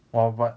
orh but